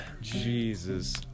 Jesus